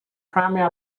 primary